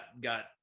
got